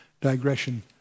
digression